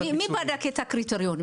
מי בודק את הקריטריונים?